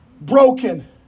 broken